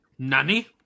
Nanny